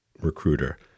recruiter